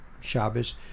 Shabbos